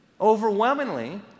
overwhelmingly